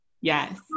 Yes